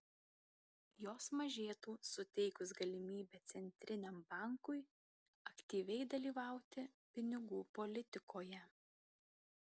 jos mažėtų suteikus galimybę centriniam bankui aktyviai dalyvauti pinigų politikoje